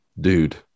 dude